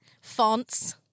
Fonts